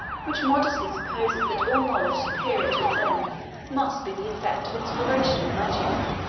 which modestly supposes that all knowledge superior to its own must be the effect of inspiration or magic.